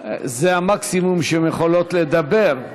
זה המקסימום שהן יכולות לדבר.